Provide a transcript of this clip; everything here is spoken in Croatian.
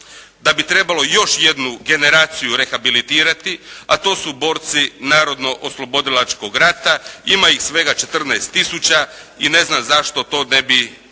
da bi trebalo još jednu generaciju rehabilitirati, a to su borci Narodno oslobodilačkog rata, ima ih svega 14 tisuća i ne znam zašto to ne bi već jednom